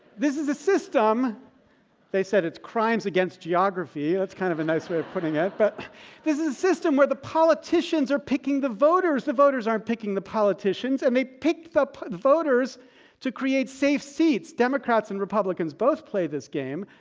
this is a system they said it's crimes against geography, that's kind of a nice way of putting it. but this is the system where the politicians are picking the voters. the voters aren't picking the politicians. and they pick the voters to create safe seats. democrats and republicans both play this game.